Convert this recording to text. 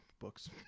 books